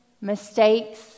mistakes